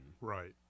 Right